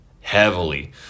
heavily